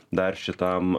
dar šitam